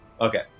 Okay